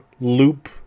loop